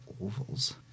ovals